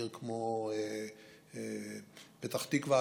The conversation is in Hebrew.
עיר כמו פתח תקווה,